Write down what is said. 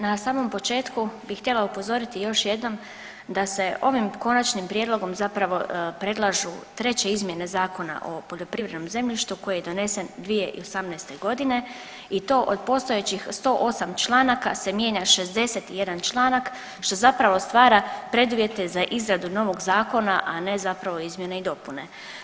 Na samom početku bih htjela upozoriti još jednom da se ovim Konačnim prijedlogom zapravo predlažu treće izmjene Zakona o poljoprivrednom zemljištu koji je donesen 2018. godine i to od postojećih 108 članaka se mijenja 61 članak što zapravo stvara preduvjete za izradu novog zakona, a ne zapravo izmjene i dopune.